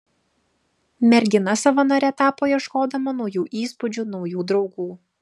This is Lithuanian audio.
mergina savanore tapo ieškodama naujų įspūdžių naujų draugų